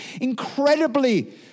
incredibly